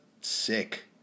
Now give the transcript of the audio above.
sick